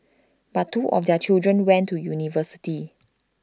but two of their children went to university